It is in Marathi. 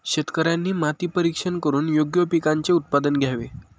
शेतकऱ्यांनी माती परीक्षण करून योग्य पिकांचे उत्पादन घ्यावे